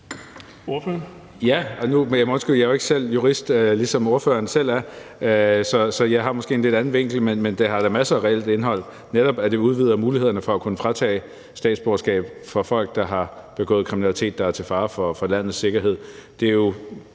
undskylde, at jeg jo ikke selv er jurist ligesom ordføreren, så jeg måske har en lidt anden vinkel, men det har da masser af reelt indhold, netop at det udvider mulighederne for at kunne tage statsborgerskab fra folk, der har begået kriminalitet, og som er til fare for landets sikkerhed. Vi så